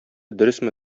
дөресме